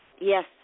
Yes